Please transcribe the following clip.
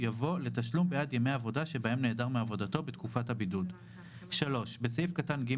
יופחת התשלום בעד יום העבודה המלא האמור בסעיף קטן (א),